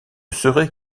serait